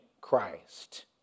Christ